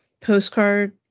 postcard